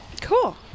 cool